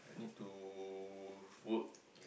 I need to work